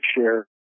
share